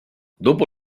dopo